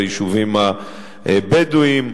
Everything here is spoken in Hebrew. ביישובים הבדואיים.